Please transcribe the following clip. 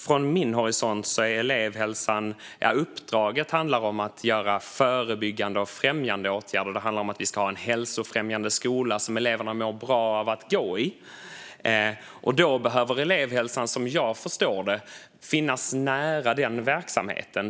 Från min horisont handlar elevhälsans uppdrag om att arbeta förebyggande och om att vidta främjande åtgärder. Det handlar om att vi ska ha en hälsofrämjande skola som eleverna mår bra av att gå i. Då behöver elevhälsan, som jag förstår det, finnas nära den verksamheten.